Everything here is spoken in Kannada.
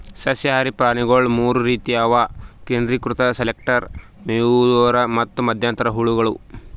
ಸಸ್ಯಹಾರಿ ಪ್ರಾಣಿಗೊಳ್ ಮೂರ್ ರೀತಿವು ಅವು ಕೇಂದ್ರೀಕೃತ ಸೆಲೆಕ್ಟರ್, ಮೇಯುವವರು ಮತ್ತ್ ಮಧ್ಯಂತರ ಹುಳಗಳು